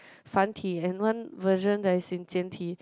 繁体 and one version that is in 简体:Jian Ti